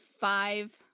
five